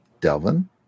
Delvin